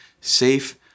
safe